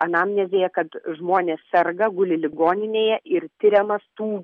anamnezėje kad žmonės serga guli ligoninėje ir tiriamas tų